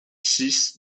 six